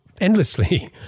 endlessly